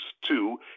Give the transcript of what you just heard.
Two